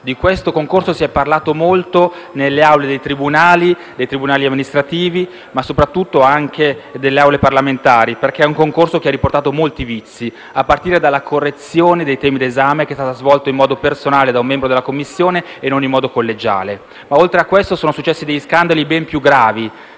Di questo concorso si è parlato molto nelle aule dei tribunali amministrativi, ma soprattutto nelle Aule parlamentari, perché è un concorso che ha riportato molti vizi, a partire dalla correzione dei temi d'esame, che è stata svolta in modo personale da un membro della commissione e non in modo collegiale. Oltre a questo, sono successi degli scandali ben più gravi,